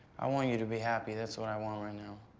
i want you to be happy, that's what i want right now.